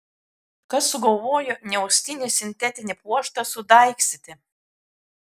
kas sugalvojo neaustinį sintetinį pluoštą sudaigstyti